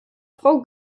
frau